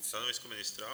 Stanovisko ministra?